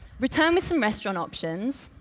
return with some restaurant options,